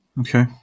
Okay